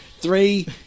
Three